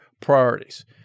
priorities